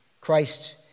Christ